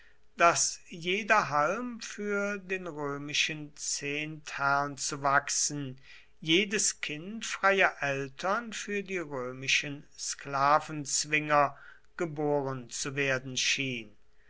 daß jeder halm für den römischen zehntherrn zu wachsen jedes kind freier eltern für die römischen sklavenzwinger geboren zu werden schien